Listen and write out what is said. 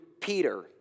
Peter